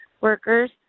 workers